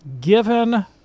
given